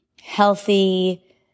healthy